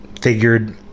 figured